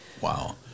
Wow